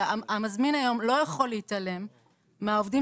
שהמזמין היום לא יכול להתעלם מהעובדים